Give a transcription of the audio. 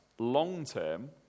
long-term